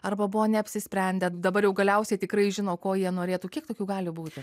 arba buvo neapsisprendę dabar jau galiausiai tikrai žino ko jie norėtų kiek tokių gali būti